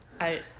I-